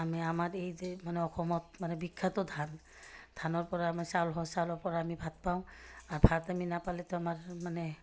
আমি আমাৰ এই যে মানে অসমত মানে বিখ্যাতটো ধান ধানৰপৰা আমাৰ চাউল হয় চাউলৰপৰা আমি ভাত পাওঁ আৰু ভাত আমি নাপালেতো আমাৰ মানে